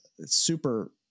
super